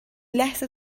لحظه